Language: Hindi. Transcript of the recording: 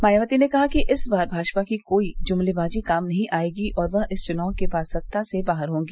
मायावती ने कहा कि इस बार भाजपा की कोई जुमलेबाजी काम नहीं आयेगी और वह इस चुनाव के बाद सत्ता से बाहर होगी